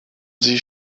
sie